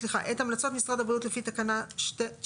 המלצות משרד הבריאות לפי תקנה 7(ב),